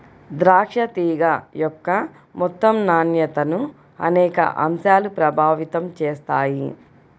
ద్రాక్ష తీగ యొక్క మొత్తం నాణ్యతను అనేక అంశాలు ప్రభావితం చేస్తాయి